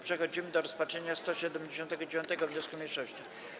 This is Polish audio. Przechodzimy do rozpatrzenia 179. wniosku mniejszości.